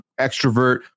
Extrovert